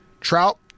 trout